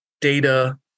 data